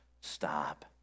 stop